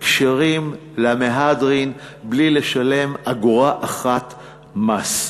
כשרים למהדרין, בלי לשלם אגורה אחת מס.